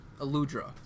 Aludra